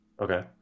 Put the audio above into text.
Okay